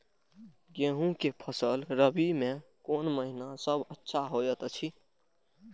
गेहूँ के फसल रबि मे कोन महिना सब अच्छा होयत अछि?